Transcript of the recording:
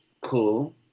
cool